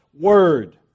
Word